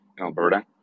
alberta